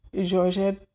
Georgette